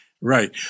right